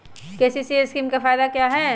KCC scheme का फायदा क्या है?